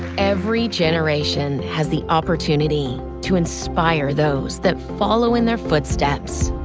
every generation has the opportunity to inspire those that follow in their footsteps.